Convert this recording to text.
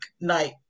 night